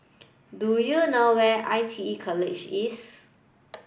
do you know where is I T E College East